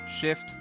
Shift